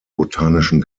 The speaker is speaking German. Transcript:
botanischen